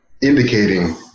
indicating